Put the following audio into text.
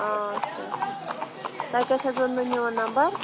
آچھا اچھا تۄہہِ کَتہِ حظ اوٚنوُ میون نمبَر